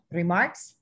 remarks